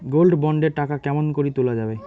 Gold bond এর টাকা কেমন করি তুলা যাবে?